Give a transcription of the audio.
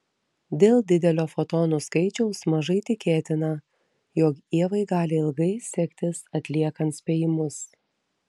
dėl didelio fotonų skaičiaus mažai tikėtina jog ievai gali ilgai sektis atliekant spėjimus